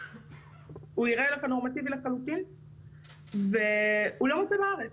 הוא נראה לך נורמטיבי לחלוטין והוא לא מוצא בארץ.